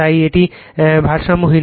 তাই এটি ভারসাম্যহীন